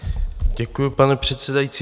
Děkuji, pane předsedající.